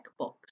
checkbox